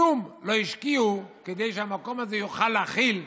שכלום לא השקיעו כדי שהמקום הזה יוכל להכיל,